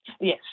Yes